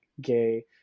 gay